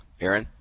Aaron